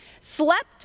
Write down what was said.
slept